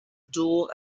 dual